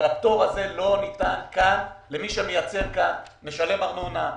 הפטור הזה לא ניתן למי שמייצר כאן ומשלם ארנונה,